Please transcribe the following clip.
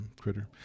critter